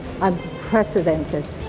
unprecedented